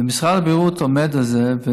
ומשרד הבריאות עומד על זה.